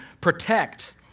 protect